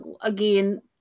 again